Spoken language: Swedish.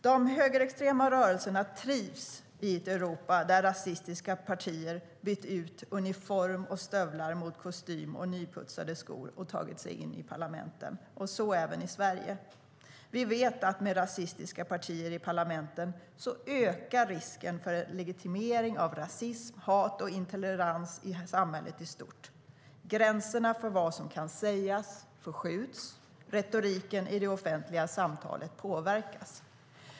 De högerextrema rörelserna trivs i ett Europa där rasistiska partier bytt ut uniform och stövlar mot kostym och nyputsade skor och tagit sig in i parlamenten, så även i Sverige. Vi vet att med rasistiska partier i parlamenten ökar risken för legitimering av hat, rasism och intolerans i samhället i stort. Gränserna för vad som kan sägas förskjuts. Retoriken i det offentliga samtalet påverkas.